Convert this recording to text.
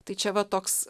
tai čia va toks